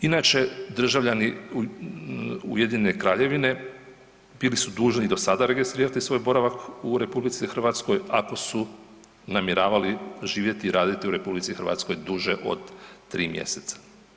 Inače državljani Ujedinjene Kraljevine bili su dužni i do sada registrirati svoj boravak u RH ako su namjeravali živjeti i raditi u RH duže od 3. mjeseca.